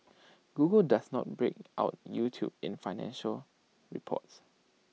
Google does not break out YouTube in financial reports